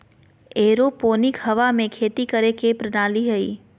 aeroponic हवा में खेती करे के प्रणाली हइ